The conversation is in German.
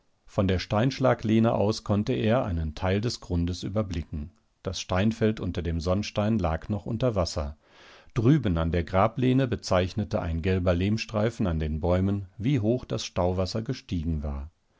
von der steinschlaglehne aus konnte er einen teil des grundes überblicken das steinfeld unter dem sonnstein lag noch unter wasser drüben an der grablehne bezeichnete ein gelber lehmstreifen an den bäumen wie hoch das stauwasser gestiegen war